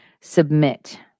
submit